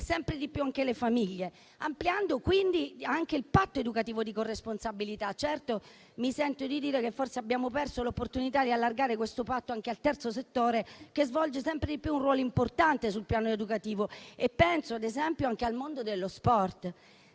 sempre di più le famiglie, ampliando quindi il patto educativo di corresponsabilità. Mi sento di dire che forse abbiamo perso l'opportunità di allargare questo patto anche al terzo settore, che svolge sempre di più un ruolo importante sul piano educativo. Penso, ad esempio, al mondo dello sport.